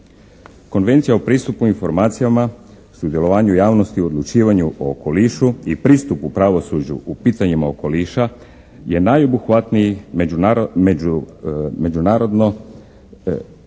Konvencija o pristupu informacijama, sudjelovanju javnosti u odlučivanju o okolišu i pristup u pravosuđu u pitanjima okoliša je najobuhvatniji međunarodno-pravni